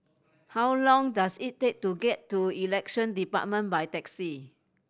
how long does it take to get to Elections Department by taxi